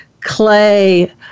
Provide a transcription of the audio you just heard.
clay